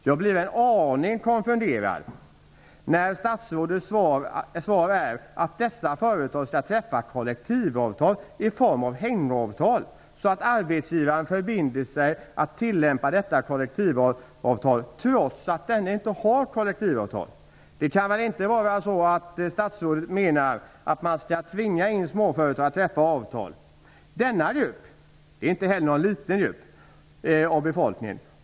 Jag blir en aning konfunderad när statsrådet svarar att dessa företag skall träffa kollektivavtal i form av hängavtal, så att arbetsgivaren förbinder sig att tillämpa detta kollektivavtal, trots att företaget inte har kollektivavtal. Det kan väl inte vara så att statsrådet menar att man skall tvinga småföretagen att träffa avtal. Denna grupp är inte heller någon liten grupp av befolkningen.